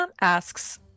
asks